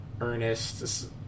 Ernest